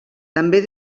també